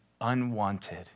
unwanted